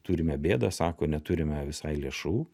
turime bėdą sako neturime visai lėšų